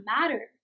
matter